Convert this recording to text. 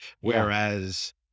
whereas